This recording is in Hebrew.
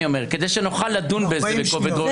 כדי שנוכל לדון בזה בכובד ראש -- 40 שניות.